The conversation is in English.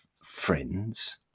friends